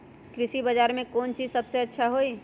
कृषि बजार में कौन चीज सबसे अच्छा होई?